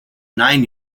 nine